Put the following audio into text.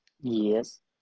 yes